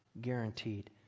Guaranteed